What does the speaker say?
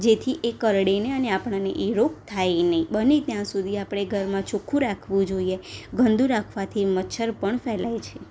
જેથી એ કરડે નહીં અને આપણને એ રોગ થાય નહીં બને ત્યાં સુધી આપણે ઘરમાં ચોખ્ખું રાખવું જોઈએ ગંદુ રાખવાથી મચ્છર પણ ફેલાય છે